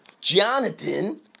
Jonathan